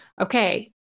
okay